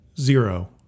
zero